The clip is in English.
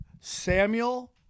Samuel